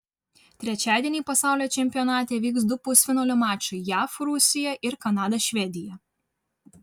trečiadienį pasaulio čempionate vyks du pusfinalio mačai jav rusija ir kanada švedija